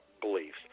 beliefs